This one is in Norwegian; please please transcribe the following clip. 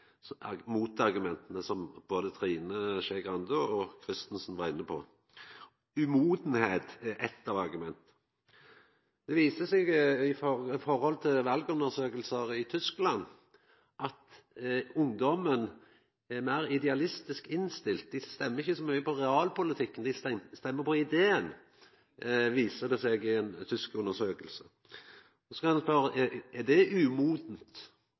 som både Trine Skei Grande og Jette F. Christensen var inne på. Manglande modnad er eit av argumenta. Det viste seg i valundersøkingar i Tyskland at ungdommen er meir idealistisk innstilt. Dei stemmer ikkje så mykje på realpolitikken, dei stemmer på ideen, viser det seg i ei tysk undersøking. Så kan ein spørja om det er umodent.